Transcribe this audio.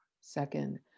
second